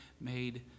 made